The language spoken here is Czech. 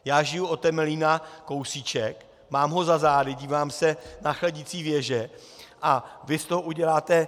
Já žiju od Temelína kousíček, mám ho za zády, dívám se na chladicí věže, a vy z toho uděláte chaos!